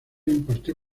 impartió